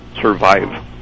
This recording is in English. survive